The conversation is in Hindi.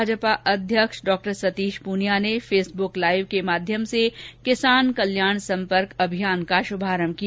भाजपा प्रदेशाध्यक्ष डॉ सतीश पूनियां ने फेसबुक लाइव के माध्यम से किसान कल्याण सम्पर्क अभियान का शुभारंभ किया